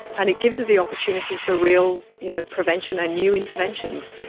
and it gives us the opportunity for real you know prevention and new interventions.